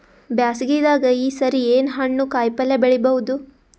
ಬ್ಯಾಸಗಿ ದಾಗ ಈ ಸರಿ ಏನ್ ಹಣ್ಣು, ಕಾಯಿ ಪಲ್ಯ ಬೆಳಿ ಬಹುದ?